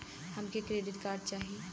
हमके debit card चाही?